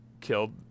killed